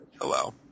Hello